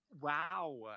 Wow